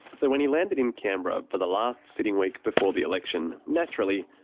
so when he landed in canberra for the last sitting week before the election, naturally,